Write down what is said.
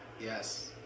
Yes